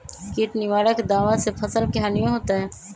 किट निवारक दावा से फसल के हानियों होतै?